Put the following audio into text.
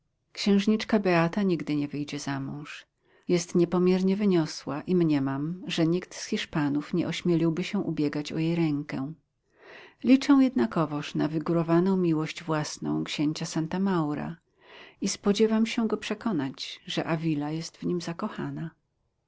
księżniczka beata nigdy nie wyjdzie za mąż jest niepomiernie wyniosła i mniemam że nikt z hiszpanów nie ośmieliłby się ubiegać o jej rękę liczę jednakowoż na wygórowaną miłość własną księcia santa maura i spodziewam się go przekonać że avila jest w nim zakochana